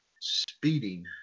speeding